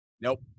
nope